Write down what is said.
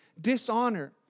dishonor